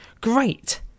great